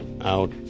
out